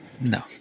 No